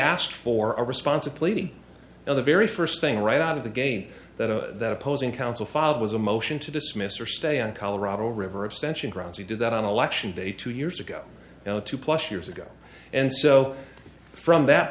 asked for a response a plea in the very first thing right out of the game that that opposing counsel filed was a motion to dismiss or stay on colorado river abstention grounds he did that on election day two years ago two plus years ago and so from that